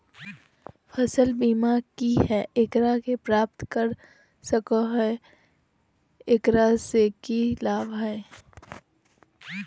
फसल बीमा की है, एकरा के प्राप्त कर सको है, एकरा से की लाभ है?